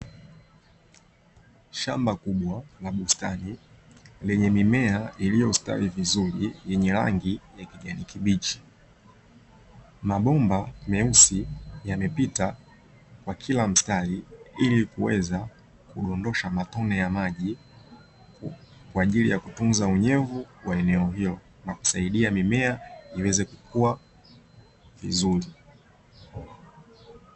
Shamba kubwa la bustani lenye mimea iliyostawi vizuri yenye rangi ya kijani kibichi. Mabomba meusi yamepita kwa kila mstari ili kuweza kundondosha matone ya maji kwa ajili ya kutunza unyevu wa eneo hilo na kusaidia mimea iweze kukua vizuri.